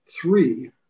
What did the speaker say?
three